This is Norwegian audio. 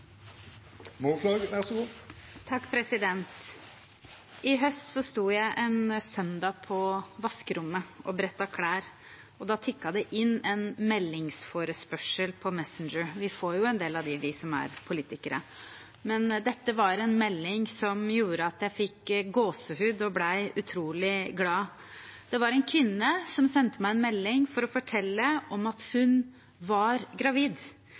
I høst sto jeg en søndag på vaskerommet og brettet klær, og da tikket det inn en meldingsforespørsel på Messenger. Vi får jo en del av dem, vi som er politikere, men dette var en melding som gjorde at jeg fikk gåsehud og ble utrolig glad. Det var en kvinne som sendte meg en melding for å fortelle om at hun var gravid,